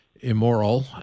immoral